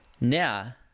Now